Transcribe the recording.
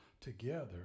together